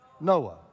Noah